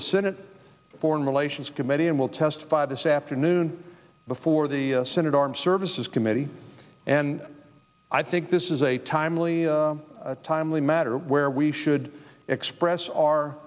the senate foreign relations committee and will testify this afternoon before the senate armed services committee and i think this is a timely timely matter where we should express our